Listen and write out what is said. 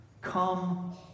come